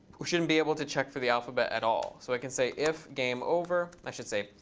we shouldn't be able to check for the alphabet at all. so i can say, if game over i should say,